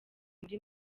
muri